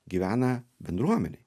gyvena bendruomenėj